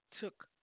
took